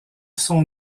son